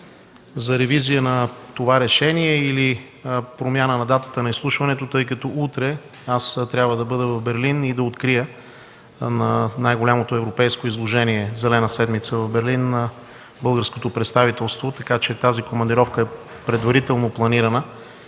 за ревизия на това решение или промяна на датата на изслушването, тъй като утре аз трябва да бъда в Берлин да открия на най-голямото европейско изложение „Зелена седмица” в Берлин българското представителство, така че тази командировка е предварително планирана